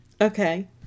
Okay